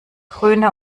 grüne